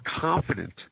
confident